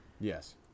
Yes